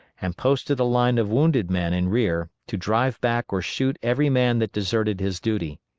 and posted a line of wounded men in rear to drive back or shoot every man that deserted his duty.